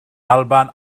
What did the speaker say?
alban